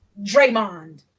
Draymond